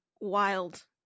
wild